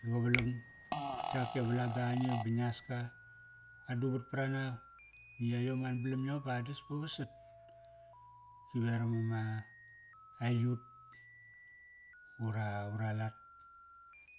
Qa valang yak e valam baqa nge ba ngias ka. Aduvat prana na yayom an balam yom ba adas pa vasat, ki veram ama, aiyut ura, ura lat.